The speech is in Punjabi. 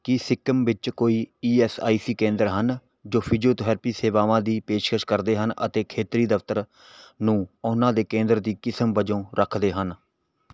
ਕੀ ਸਿੱਕਮ ਵਿੱਚ ਕੋਈ ਈ ਐਸ ਆਈ ਸੀ ਕੇਂਦਰ ਹਨ ਜੋ ਫਿਜ਼ੀਓਥੈਰੇਪੀ ਸੇਵਾਵਾਂ ਦੀ ਪੇਸ਼ਕਸ਼ ਕਰਦੇ ਹਨ ਅਤੇ ਖੇਤਰੀ ਦਫ਼ਤਰ ਨੂੰ ਉਹਨਾਂ ਦੇ ਕੇਂਦਰ ਦੀ ਕਿਸਮ ਵਜੋਂ ਰੱਖਦੇ ਹਨ